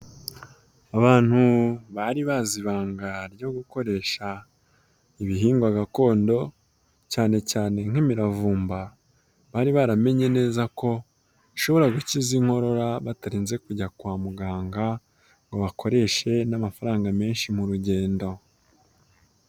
Abantu bari bazi ibanga ryo gukoresha ibihingwa gakondo cyane cyane nk'imiravumba, bari baramenye neza ko bashobora gukiza inkorora batarinze kujya kwa muganga ngo bakoreshe n'amafaranga menshi mu rugendo.